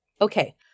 Okay